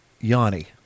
Yanni